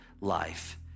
life